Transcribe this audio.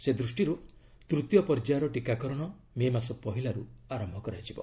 ସେ ଦୃଷ୍ଟିରୁ ତୂତୀୟ ପର୍ଯ୍ୟାୟର ଟିକାକରଣ ମେ ମାସ ପହିଲାରୁ ଆରମ୍ଭ କରାଯିବ